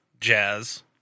jazz